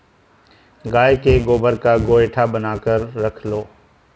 गाय के गोबर का गोएठा बनाकर रख लो